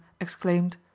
exclaimed